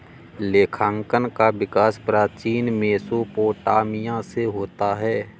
लेखांकन का विकास प्राचीन मेसोपोटामिया से होता है